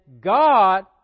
God